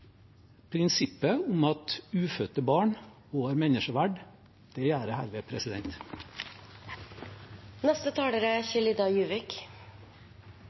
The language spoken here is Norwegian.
prinsippet om at ufødte barn også har menneskeverd. Det gjør jeg herved.